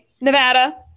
Nevada